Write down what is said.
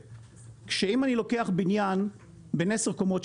שאם אני לוקח בניין בן 10 קומות,